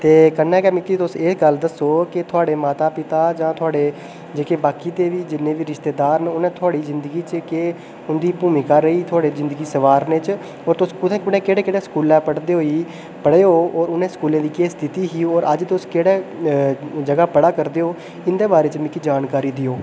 ते कन्नै गै मिकी तुस एह् गल्ल दस्सो के थुआढ़े माता पिता जां थुआढ़े बाकी दे जिन्ने बी रिश्तेदार न उ'नें थुआढ़ी जिंदगी च केह् उंदी भूमिका रेही थुआढ़ी जिंदगी सुआरने च होर तुस कुत्थै कु'नें कु'नें स्कलें च केहड़े केह्ड़े स्कूलें पढ़दे होई पढ़े ओ होर उ'नें स्कूलें दी केह् स्थिति ही होर अज्ज तुस केह्ड़े जगह पढ़ा करदे ओ इं'दे बारे च मिकी जानकारी देओ